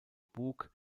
bug